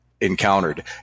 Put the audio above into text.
encountered